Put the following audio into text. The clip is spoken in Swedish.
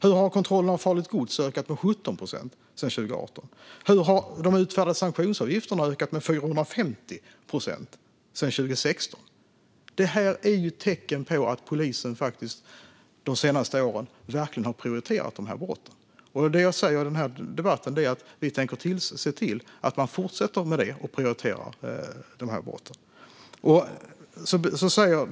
Hur har kontrollerna av farligt gods ökat med 17 procent sedan 2018? Hur har de utfärdade sanktionsavgifterna ökat med 450 procent sedan 2016? Det här är tecken på att polisen de senaste åren verkligen har prioriterat brotten. Jag säger här, i den här debatten, att vi tänker se till att prioriteringarna av brotten fortsätter.